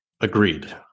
Agreed